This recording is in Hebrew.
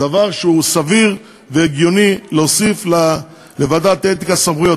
זה דבר שהוא סביר והגיוני להוסיף לוועדת האתיקה סמכויות,